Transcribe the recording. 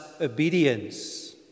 obedience